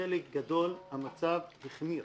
בחלק גדול המצב החמיר